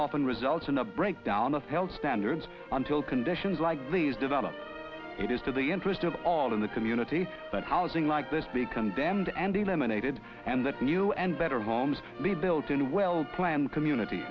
often results in a breakdown of health standards until conditions like these develop it is to the interest of all in the community that housing like this be condemned and eliminated and that new and better homes be built in a well planned community